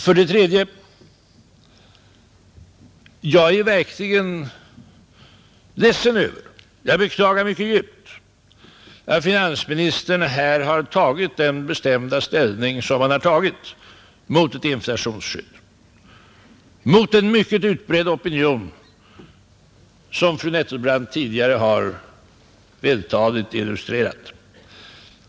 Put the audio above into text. För det tredje: Jag är verkligen ledsen över och beklagar mycket djupt att finansministern här har tagit den bestämda ställning som han har tagit mot ett inflationsskydd och därmed mot en mycket utbredd opinion, som fru Nettelbrandt tidigare har vältaligt illustrerat.